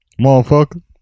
motherfucker